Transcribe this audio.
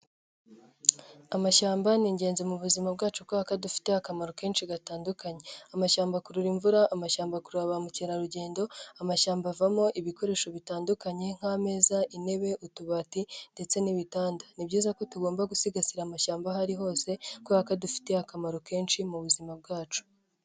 Amashyamba ni ingenzi mu buzima bwacu kubera ko adufitiye akamaro kenshi gatandukanye, amashyamba akurura imvura, amashyamba akurura ba mukerarugendo, amashyamba avamo ibikoresho bitandukanye nk'ameza, intebe, utubati ndetse n'ibitanda. Ni byiza ko tugomba gusigasira amashyamba aho ari hose kubera ko adufitetiye akamaro kenshi mu buzima bwacu.